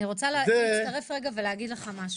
אני רוצה להצטרף ולהגיד לך משהו.